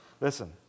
Listen